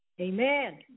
Amen